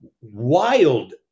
wild